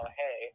hey